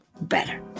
better